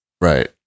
Right